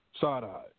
Side-eyed